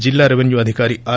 జిల్లా రెపెన్యూ అధికారి ఆర్